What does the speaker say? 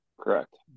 Correct